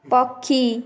ପକ୍ଷୀ